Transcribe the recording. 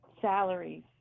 salaries